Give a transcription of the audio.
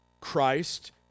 Christ